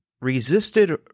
resisted